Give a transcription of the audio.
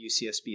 UCSB